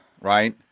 right